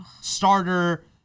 starter